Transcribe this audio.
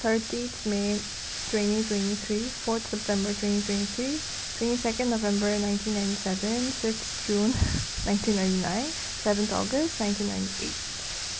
thirty may twenty twenty three fourth September twenty twenty three twenty second November nineteen ninety seven five June nineteen ninety nine seven August nineteen ninety eight